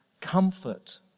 comfort